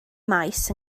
maes